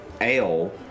Ale